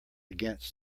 against